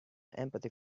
empathy